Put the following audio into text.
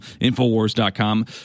Infowars.com